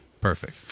Perfect